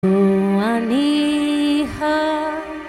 וואליה